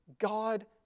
God